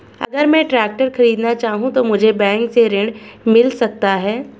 अगर मैं ट्रैक्टर खरीदना चाहूं तो मुझे बैंक से ऋण मिल सकता है?